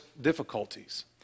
difficulties